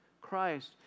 Christ